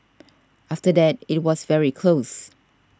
after that it was very close